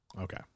Okay